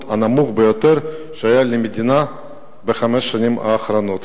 לנמוך ביותר שהיה למדינה בחמש השנים האחרונות.